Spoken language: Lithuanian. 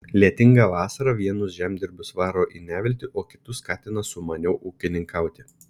lietinga vasara vienus žemdirbius varo į neviltį o kitus skatina sumaniau ūkininkauti